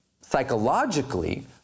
psychologically